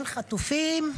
אין חטופים,